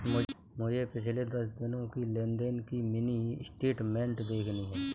मुझे पिछले दस दिनों की लेन देन की मिनी स्टेटमेंट देखनी है